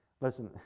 Listen